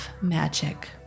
magic